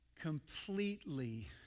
completely